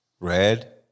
red